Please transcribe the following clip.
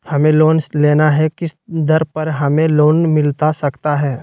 हमें लोन लेना है किस दर पर हमें लोन मिलता सकता है?